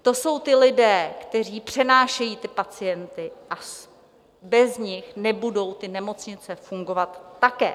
To jsou ti lidé, kteří přenášejí pacienty, a bez nich nebudou nemocnice fungovat také.